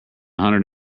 hundred